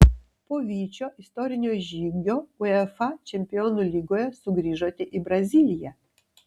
po vyčio istorinio žygio uefa čempionų lygoje sugrįžote į braziliją